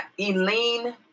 Eileen